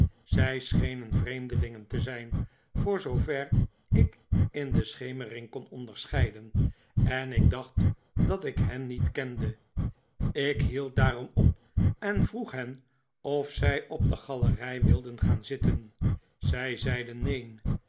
zij schenen vreemdelingen te zijn voor zoover ik in de schemering kon onderscheiden en ik dacht dat ik hen niet kende ik hield daarom op en vroeg hen of zij op de galerij wilden gaan zitten zij zeiden neen